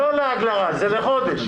זה לא לעג לרש, זה לחודש.